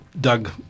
Doug